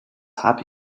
happy